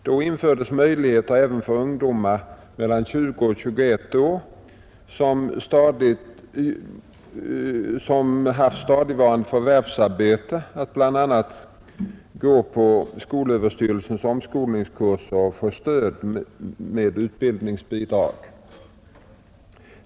Då infördes möjlighet även för ungdomar mellan 20 och 21 år, som haft stadigvarande förvärvsarbete, att bl.a. gå på skolöverstyrelsens omskolningskurser och få stöd med utbildningsbidrag.